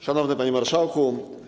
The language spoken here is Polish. Szanowny Panie Marszałku!